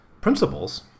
principles